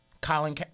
Colin